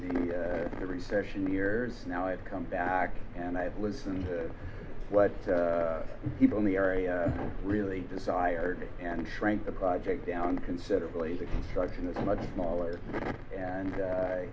the recession years now i've come back and i've listened to what people in the area really desired and shrank the project down considerably the construction is much smaller and